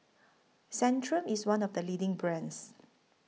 Centrum IS one of The leading brands